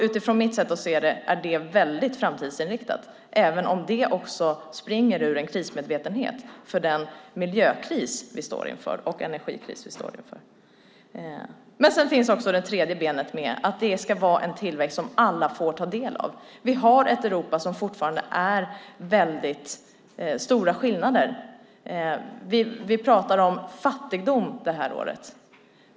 Utifrån mitt sätt att se det är det mycket framtidsinriktat, även om det också springer ur en krismedvetenhet för den miljökris och energikris vi står inför. Det tredje benet är att det ska vara en tillväxt som alla får ta del av. Vi har ett Europa där det fortfarande finns stora skillnader. Vi pratar om fattigdom detta år.